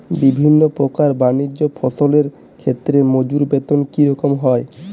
বিভিন্ন প্রকার বানিজ্য ফসলের ক্ষেত্রে মজুর বেতন কী রকম হয়?